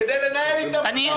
כדי לנהל איתם משא ומתן.